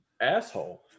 asshole